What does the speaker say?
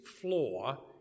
floor